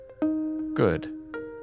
Good